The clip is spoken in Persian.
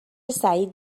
سعید